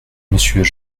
monsieur